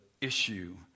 issue